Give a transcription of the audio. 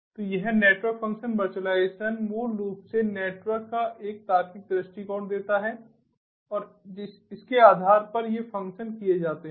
तो यह network function virtualization मूल रूप से नेटवर्क का एक तार्किक दृष्टिकोण देता है और इसके आधार पर ये फ़ंक्शन किए जाते हैं